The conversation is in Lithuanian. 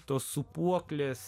tos sūpuoklės